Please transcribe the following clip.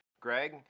greg